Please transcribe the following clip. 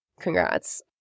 Congrats